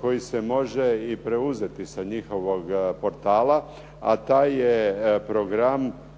koji se može i preuzeti sa njihovog portala, a taj je program